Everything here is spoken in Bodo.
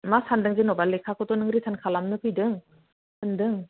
मा सान्दों जेन'बा लेखाखौथ' नों रिटार्न खालामनो फैदों होन्दों